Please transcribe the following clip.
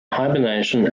hibernation